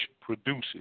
produces